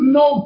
no